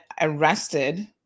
arrested